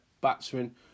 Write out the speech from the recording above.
batsman